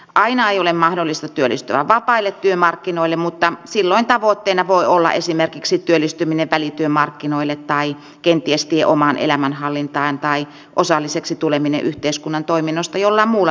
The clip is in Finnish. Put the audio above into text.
aina ei ole mahdollista työllistyä vapaille työmarkkinoille mutta silloin tavoitteena voi olla esimerkiksi työllistyminen välityömarkkinoille tai kenties tie omaan elämänhallintaan tai osalliseksi tuleminen yhteiskunnan toiminnoista jollain muulla mielekkäällä tavalla